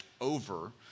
over